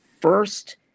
first